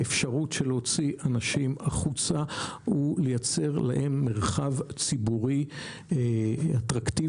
האפשרות להוציא אנשים החוצה היא לייצר להם מרחב ציבורי אטרקטיבי.